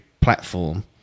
platform